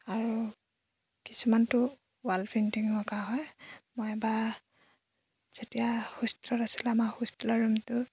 আৰু কিছুমানটো wall painting অঁকা হয় মই এবাৰ যেতিয়া হোষ্টেলত আছিলো আমাৰ হোষ্টেলৰ ৰুমটো